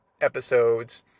episodes